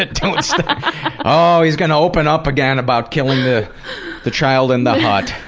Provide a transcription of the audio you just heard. that oh, he's gonna open up again about killing the the child in the hut.